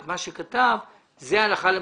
אומרת,